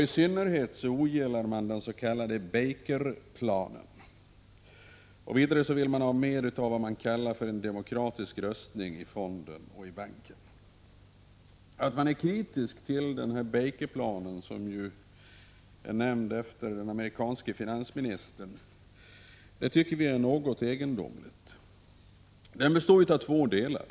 I synnerhet ogillar man den s.k. Baker-planen. Vidare vill man ha mer av vad man kallar för en demokratisk röstning i fonden och i banken. Att man är kritisk till Baker-planen, som har uppkallats efter den amerikanske finansministern, tycker vi är något egendomligt. Baker-planen består ju av två delar.